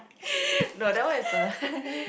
no that one is a